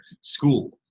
school